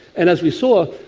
and as we saw,